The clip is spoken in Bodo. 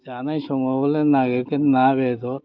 जानाय समावलाय नागिरगोन ना बेदर